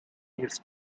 news